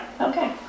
okay